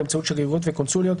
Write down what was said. באמצעות שגרירויות וקונסוליות,